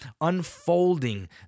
unfolding